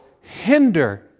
hinder